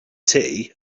tea